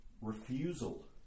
refusal